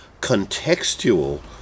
contextual